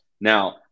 Now